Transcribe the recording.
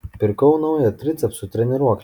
pirkau naują tricepsų treniruoklį